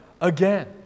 again